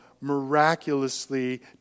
miraculously